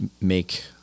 make